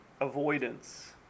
avoidance